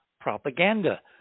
propaganda